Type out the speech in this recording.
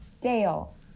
dale